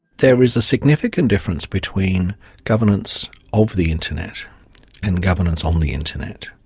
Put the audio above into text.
there is a significant difference between governance of the internet and governance on the internet.